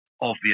obvious